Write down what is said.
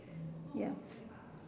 ya